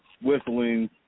whistling